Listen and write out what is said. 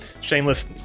shameless